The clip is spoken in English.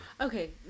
Okay